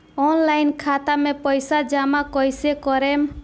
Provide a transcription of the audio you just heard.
Online खाता मे पईसा जमा कइसे करेम?